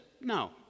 no